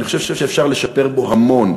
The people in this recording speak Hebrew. אני חושב שאפשר לשפר בו המון.